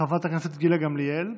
חברת הכנסת גילה גמליאל,